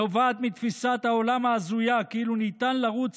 נובעת מתפיסת העולם ההזויה כאילו ניתן לרוץ